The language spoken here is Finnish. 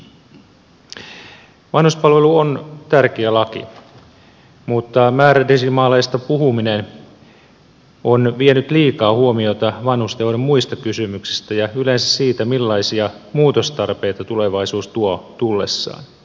vanhuspalvelu on tärkeä laki mutta määrädesimaaleista puhuminen on vienyt liikaa huomiota vanhustenhoidon muista kysymyksistä ja yleensä siitä millaisia muutostarpeita tulevaisuus tuo tullessaan